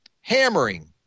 hammering